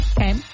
Okay